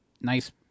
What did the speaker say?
nice